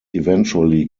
eventually